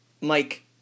Mike